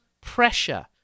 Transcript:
pressure